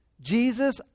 Jesus